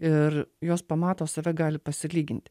ir jos pamato save gali pasilygint